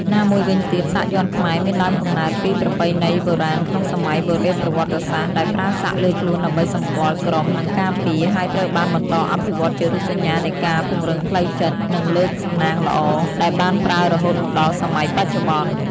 ណាមួយវិញទៀតសាក់យ័ន្តខ្មែរមានដើមកំណើតពីប្រពៃណីបុរាណក្នុងសម័យបុរេប្រវត្តិសាស្ត្រដែលប្រើសាក់លើខ្លួនដើម្បីសម្គាល់ក្រុម និងការពារ ហើយត្រូវបានបន្តអភិវឌ្ឍន៍ជារូបសញ្ញានៃការពង្រឹងផ្លូវចិត្ត និងលើកសំណាងល្អ ដែលបានប្រើរហូតមកដល់សម័យបច្ចុប្បន្ន។